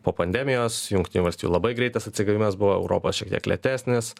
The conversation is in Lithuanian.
po pandemijos jungtinių valstijų labai greitas atsigavimas buvo europos šiek tiek lėtesnis